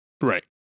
Right